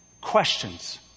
Questions